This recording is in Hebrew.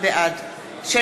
בעד שלי